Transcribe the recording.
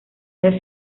del